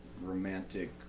romantic